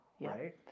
Right